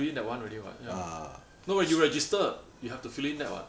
fill in that one already [what] ya no when you register you have to fill in that [what]